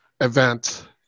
event